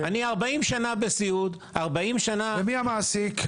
אני עובד בסיעוד כ-40 שנים --- מי המעסיק?